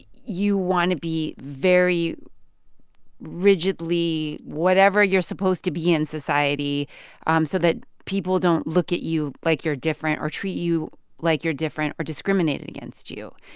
you want to be very rigidly whatever you're supposed to be in society um so that people don't look at you like you're different or treat you like you're different or discriminate against you.